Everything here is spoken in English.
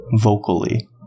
vocally